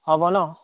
হ'ব ন